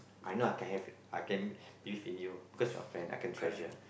I know I can have I can believe in you because you are friend I can treasure